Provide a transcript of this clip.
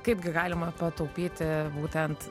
kaip gi galima pataupyti būtent